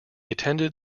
attended